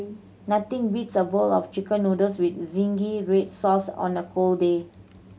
nothing beats a bowl of Chicken Noodles with zingy red sauce on a cold day